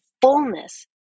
fullness